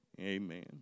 Amen